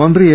മന്ത്രി എ